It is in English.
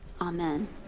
Amen